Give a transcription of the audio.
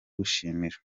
gushimira